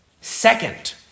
second